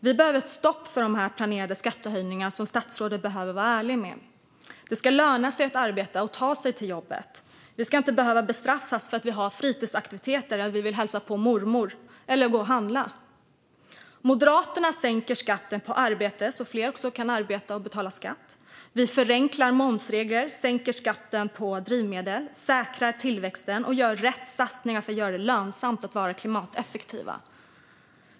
Vi behöver ett stopp för de här planerade skattehöjningarna som statsrådet behöver vara ärlig med. Det ska löna sig att arbeta och ta sig till jobbet. Vi ska inte bestraffas för att vi har fritidsaktiviteter, vill hälsa på mormor eller gå och handla. Moderaterna sänker skatten på arbete så att fler kan arbeta och betala skatt. Vi förenklar momsregler, sänker skatten på drivmedel, säkrar tillväxten och gör rätt satsningar för att göra det lönsamt att vara klimateffektiv.